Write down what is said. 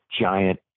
giant